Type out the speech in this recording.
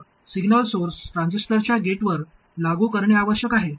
मग signal source ट्रान्झिस्टरच्या गेटवर लागू करणे आवश्यक आहे